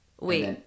Wait